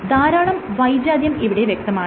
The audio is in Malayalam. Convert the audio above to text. ധാരാളം വൈജാത്യം ഇവിടെ വ്യക്തമാണ്